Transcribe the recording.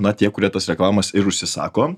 na tie kurie tos reklamas ir užsisako